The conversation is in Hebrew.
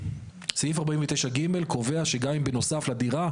סעיף 49(ג) קובע שגם אם בנוסף לדירה,